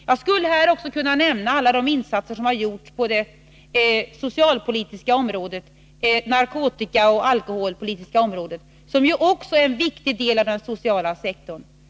Jag skulle också kunna nämna alla de insatser som har gjorts på det socialpolitiska området och på det narkotikaoch alkoholpolitiska området, som ju också är viktiga delar av den sociala sektorn.